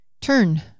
turn